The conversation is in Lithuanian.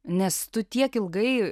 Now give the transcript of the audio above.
nes tu tiek ilgai